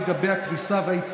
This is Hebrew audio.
שבוע,